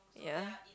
ya